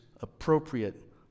appropriate